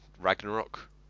Ragnarok